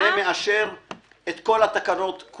הצבעה בעד פה אחד תקנה 7(ג) ו-(ד) נתקבלו.